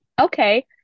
Okay